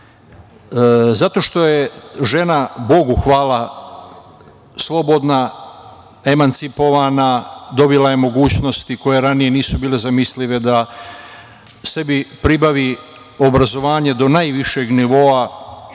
Zato što je žena, Bogu hvala, slobodna, emancipovana, dobila je mogućnosti koje ranije nisu bile zamislive da sebi pribavi obrazovanje do najvišeg nivoa,